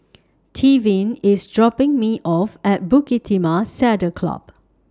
Tevin IS dropping Me off At Bukit Timah Saddle Club